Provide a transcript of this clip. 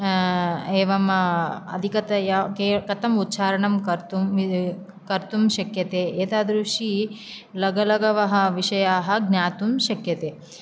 एवं अधिकतया के कथम् उच्चारणं कर्तुं कर्तुं शक्यते एतादृशी लघु लघवः विषयाः ज्ञातुं शक्यते